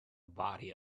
body